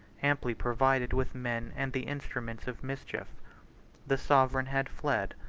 amply provided with men and the instruments of mischief the sovereign had fled,